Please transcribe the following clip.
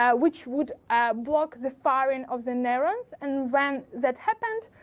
yeah which would block the firing of the neurons and when that happened,